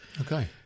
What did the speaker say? Okay